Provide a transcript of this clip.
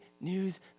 news